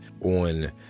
on